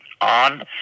on